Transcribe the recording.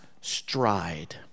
stride